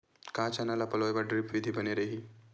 का चना ल पलोय बर ड्रिप विधी बने रही?